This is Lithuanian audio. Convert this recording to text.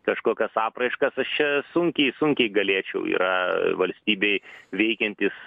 kažkokias apraiškas aš čia sunkiai sunkiai galėčiau yra valstybėj veikiantys